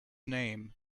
name